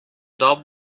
doubt